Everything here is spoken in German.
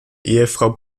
ehefrau